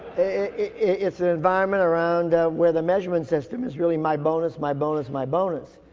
it's an environment around where the measurement system is really my bonus, my bonus, my bonus.